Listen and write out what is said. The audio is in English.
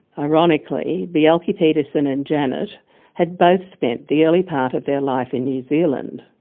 ironically, bjelke-petersen and janet had both spent the early part of their life in new zealand,